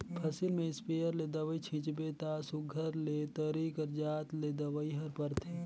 फसिल में इस्पेयर ले दवई छींचबे ता सुग्घर ले तरी कर जात ले दवई हर परथे